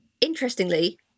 Interestingly